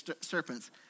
serpents